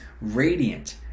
radiant